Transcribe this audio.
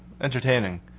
entertaining